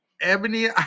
Ebony